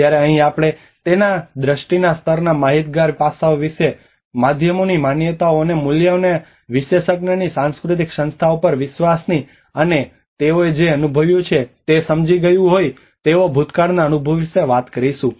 જ્યારે અહીં આપણે તેના દ્રષ્ટિના સ્તરના માહિતગાર પાસાઓ વિશે માધ્યમોની માન્યતાઓ અને મૂલ્યોને વિશેષજ્ઞની સાંસ્કૃતિક સંસ્થાઓ પરના વિશ્વાસની અને તેઓએ જે અનુભવ્યું છે તે સમજી ગયું હોય તેવો ભૂતકાળના અનુભવ વિશે વાત કરીશું